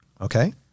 Okay